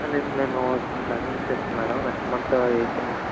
లేదు మేము కాకినాడ వచ్చేస్తాం మ్యాడం నెక్స్ట్ మంత్ ఎయిత్ ని